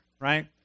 right